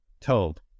told